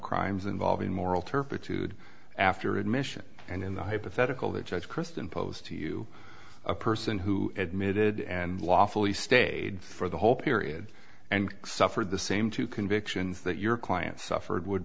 crimes involving moral turpitude after admission and in the hypothetical that judge kristen posed to you a person who admitted and lawfully stayed for the whole period and suffered the same two convictions that your client suffered would